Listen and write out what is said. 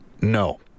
No